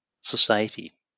society